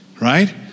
right